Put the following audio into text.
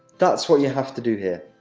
that's what you have to do here.